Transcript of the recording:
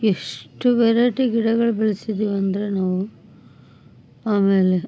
ಎಷ್ಟು ವೆರೈಟಿ ಗಿಡಗಳು ಬೆಳ್ಸಿದ್ದೀವಂದರೆ ನಾವು ಆಮೇಲೆ